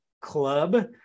club